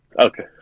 Okay